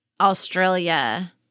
Australia